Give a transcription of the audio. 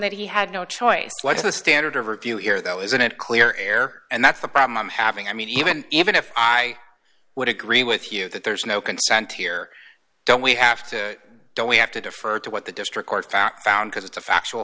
that he had no choice what's the standard of review here though isn't it clear air and that's the problem i'm having i mean even even if i would agree with you that there is no consent here don't we have to do we have to defer to what the district court fact found because it's a factual